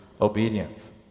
obedience